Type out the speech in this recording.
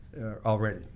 already